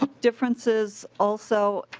ah differences also